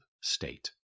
state